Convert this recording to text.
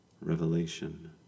revelation